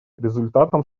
результатом